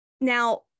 Now